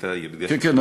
הייתה ירידה, כן, כן.